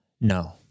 No